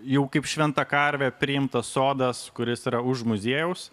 jau kaip šventa karvė priimtas sodas kuris yra už muziejaus